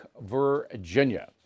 Virginia